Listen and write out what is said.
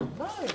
טוב.